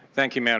thank you mme. and